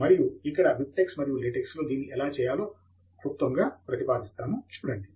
మరియు ఇక్కడ BibTeX మరియు లేటెక్స్లో దీన్ని ఎలా చేయాలో క్లుప్త ప్రతిపాదిస్తాను చూడండి